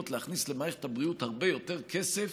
להכניס למערכת הבריאות הרבה יותר כסף,